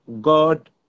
God